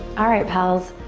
alright pals,